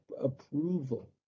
approval